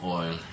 oil